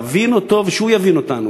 להבין אותו ושהוא יבין אותנו.